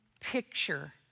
picture